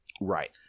right